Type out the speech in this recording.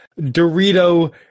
Dorito